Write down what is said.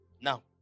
Now